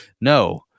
no